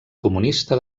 comunista